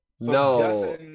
No